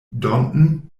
danton